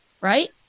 right